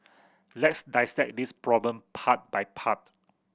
let's dissect this problem part by part